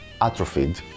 atrophied